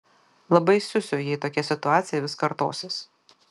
labai siusiu jei tokia situacija vis kartosis